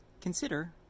consider